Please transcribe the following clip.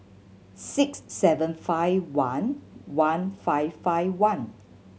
six seven five one one five five one